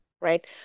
right